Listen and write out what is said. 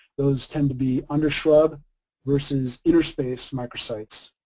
those tend to be under shrub versus inter-space micro-sites.